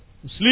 Sleep